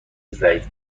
رییسجمهور